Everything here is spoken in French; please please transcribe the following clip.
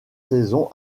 saisons